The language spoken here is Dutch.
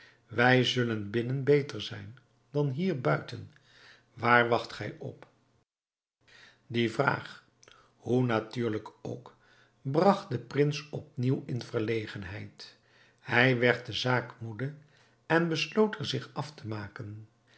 wij zullen binnen beter zijn dan hier buiten waar wacht gij op die vraag hoe natuurlijk ook bragt den prins op nieuw in verlegenheid hij werd de zaak moede en besloot er zich af te maken